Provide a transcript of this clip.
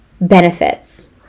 benefits